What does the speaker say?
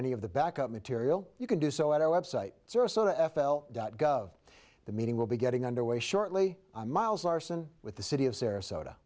any of the backup material you can do so at our website sarasota f l dot gov the meeting will be getting underway shortly miles larsen with the city of sarasota